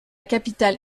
capitale